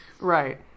Right